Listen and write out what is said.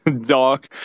dog